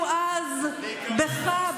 כבוד לראש הממשלה.